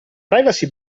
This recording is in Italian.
privacy